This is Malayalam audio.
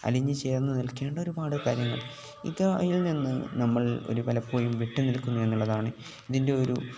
അലിഞ്ഞ് ചേർന്ന് നിൽക്കേണ്ട ഒരുപാട് കാര്യങ്ങൾ ഇത് അയാളിൽ നിന്ന് നമ്മൾ ഒരു പലപ്പോഴും വിട്ടു നിൽക്കുന്നു എന്നുള്ളതാണ് ഇതിൻ്റെ ഒരു